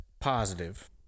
positive